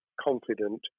confident